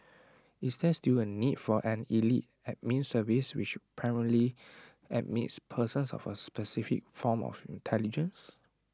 is there still A need for an elite admin service which primarily admits persons of A specific form of intelligence